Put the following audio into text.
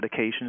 medications